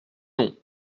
non